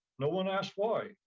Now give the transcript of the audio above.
no one asked why.